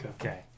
Okay